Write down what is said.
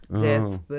death